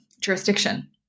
jurisdiction